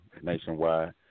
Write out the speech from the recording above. nationwide